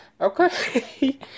okay